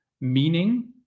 Meaning